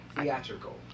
theatrical